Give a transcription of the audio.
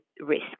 risk